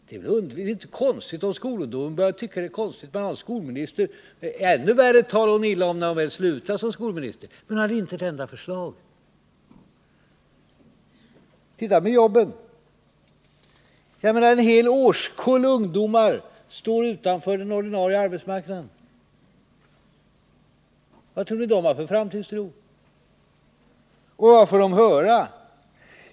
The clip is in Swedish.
Det är inte underligt om skolungdomen tycker att det är konstigt att man har en skolminister som gör så. Och hon talade ännu mer illa om skolan när hon slutade som skolminister. Men hon hade inte ett enda förslag till förbättringar. Titta på jobben! En hel årskull ungdomar står utanför den ordinarie arbetsmarknaden. Vad tror ni att de har för framtidstro? Och vad får de höra?